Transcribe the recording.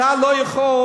אתה לא יכול,